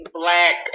black